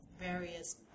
various